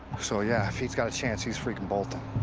so yeah. if he's got a chance, he's freaking bolting.